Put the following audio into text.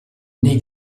nei